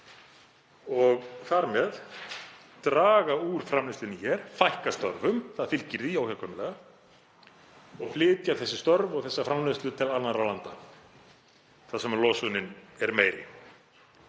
og þar með að draga úr framleiðslunni hér og fækka störfum — það fylgir því óhjákvæmilega — og flytja þessi störf og þessa framleiðslu til annarra landa þar sem losunin er meiri.